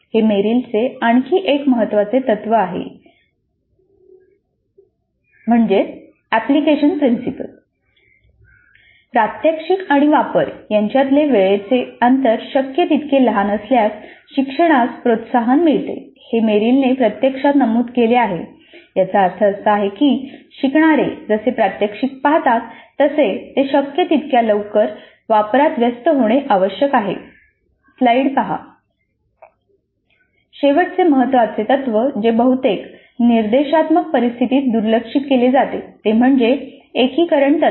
हे मेरिलचे आणखी एक महत्त्वाचे तत्व आहे वापराचे शेवटचे महत्त्वाचे तत्व जे बहुतेक निर्देशात्मक परिस्थितीत दुर्लक्षित केले जाते ते म्हणजे एकीकरण तत्त्व